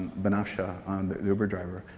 benafsha, on the uber driver.